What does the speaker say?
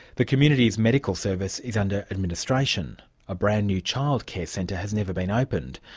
the community's medical service is under administration a brand-new childcare centre has never been opened,